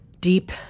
Deep